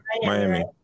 Miami